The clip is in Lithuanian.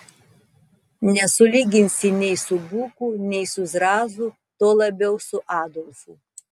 nesulyginsi nei su buku nei su zrazu tuo labiau su adolfu